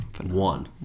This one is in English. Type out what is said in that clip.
one